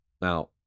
Now